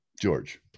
George